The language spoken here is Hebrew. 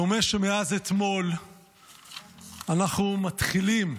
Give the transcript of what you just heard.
דומה שמאז אתמול אנחנו מתחילים,